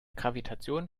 gravitation